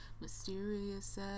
mysterious